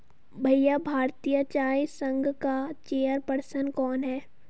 भैया भारतीय चाय संघ का चेयर पर्सन कौन है?